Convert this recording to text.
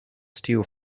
steal